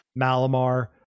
Malamar